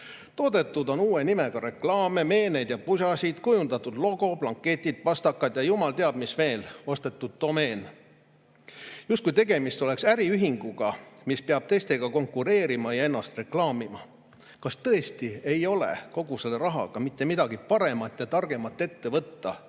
Toodetud on uue nimega reklaame, meeneid ja pusasid, kujundatud logo, blanketid, pastakad ja jumal teab mis veel, ostetud on domeen. Justkui tegemist oleks äriühinguga, mis peab teistega konkureerima ja ennast reklaamima. Kas tõesti ei ole kogu selle rahaga mitte midagi paremat ja targemat ette võtta,